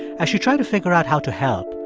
as she tried to figure out how to help,